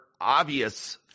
obvious